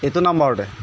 এইটো নাম্বাৰতে